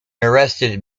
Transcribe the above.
arrested